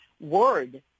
word